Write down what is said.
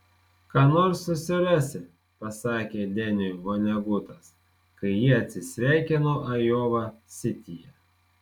ką nors susirasi pasakė deniui vonegutas kai jie atsisveikino ajova sityje